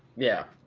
yeah.